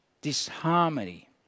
disharmony